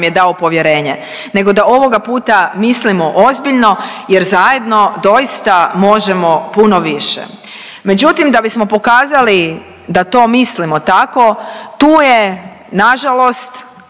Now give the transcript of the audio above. je dao povjerenje, nego da ovoga puta mislimo ozbiljno jer zajedno doista možemo puno više. Međutim, da bismo pokazali da to mislimo tako tu je na žalost,